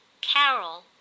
Carol